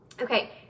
okay